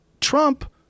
Trump